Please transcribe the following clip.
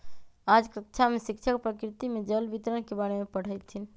आज कक्षा में शिक्षक प्रकृति में जल वितरण के बारे में पढ़ईथीन